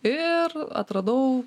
ir atradau